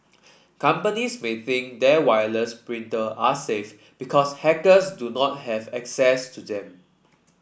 companies may think their wireless printer are safe because hackers do not have access to them